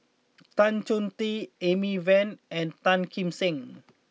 Tan Chong Tee Amy Van and Tan Kim Seng